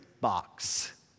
box